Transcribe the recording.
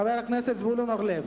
חבר הכנסת זבולון אורלב.